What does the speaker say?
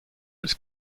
its